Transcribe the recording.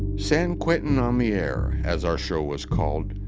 san quentin on the air, as our show was called,